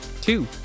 two